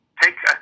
take